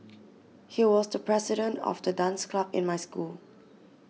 he was the president of the dance club in my school